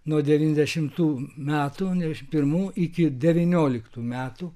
nuo devyniasdešimtų metų iš pirmų iki devynioliktų metų